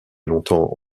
longtemps